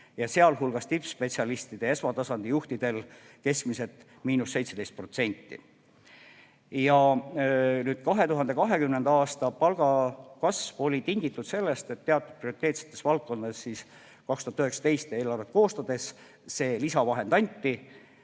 ja sh tippspetsialistidel, esmatasandi juhtidel keskmiselt miinus 17%. 2020. aasta palgakasv oli tingitud sellest, et teatud prioriteetsetes valdkondades 2019. aastal eelarvet koostades see lisavahend anti,